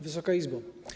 Wysoka Izbo!